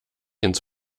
ins